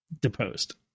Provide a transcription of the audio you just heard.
deposed